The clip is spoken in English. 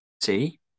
See